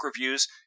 reviews